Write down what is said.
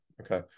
okay